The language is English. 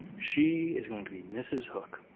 she is going to be mrs. hook.